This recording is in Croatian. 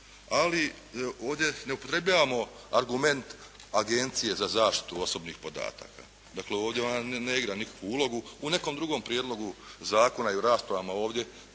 ali ovdje ne upotrebljavamo argument agencije za zaštitu osobnih podataka. dakle, ovdje ona ne igra nikakvu ulogu. U nekom drugom prijedlogu zakona i o raspravama ovdje,